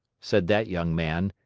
said that young man.